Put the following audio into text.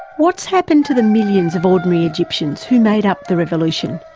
what's happened to the millions of ordinary egyptians who made up the revolution?